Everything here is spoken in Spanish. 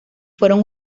fueron